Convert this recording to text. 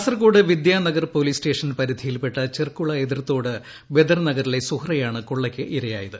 Kasaragod Vidyanagar police station പരിധിയിൽപ്പെട്ട ചെർക്കുള എതിർതോട് ബദർ നഗറിലെ സുഹ്റയാണ് കൊള്ളയ്ക്ക് ഇരയായത്